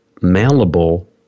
malleable